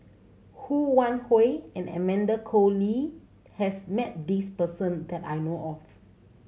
Ho Wan Hui and Amanda Koe Lee has met this person that I know of